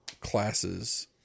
classes